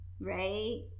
right